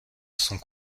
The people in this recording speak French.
sont